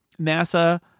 NASA